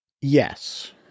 Yes